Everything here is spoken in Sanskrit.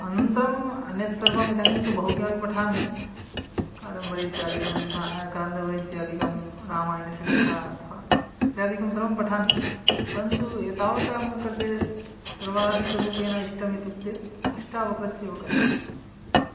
अनन्तरम् अन्यत् सर्वम् इदानीं तु बहु किमपि पठामि कादम्बरी इत्यादिग्रन्थाः कादम्बरी इत्यादिकं रामायणस्य कथा अथवा इत्यादिकं सर्वं पठामि परन्तु एतावता मम कृते सर्वाधिकरूपेण इष्टम् इत्युक्ते अष्टावक्रस्य एव कथा